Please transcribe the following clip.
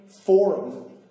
forum